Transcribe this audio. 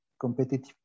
competitive